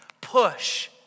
push